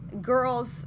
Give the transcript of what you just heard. girls